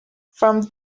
from